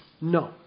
No